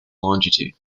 longitude